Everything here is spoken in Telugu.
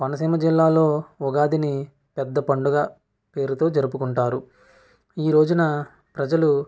కోనసీమ జిల్లాలో ఉగాదిని పెద్ద పండుగ పేరుతో జరుపుకుంటారు ఈ రోజున ప్రజలు